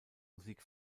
musik